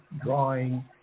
drawing